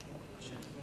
בבקשה.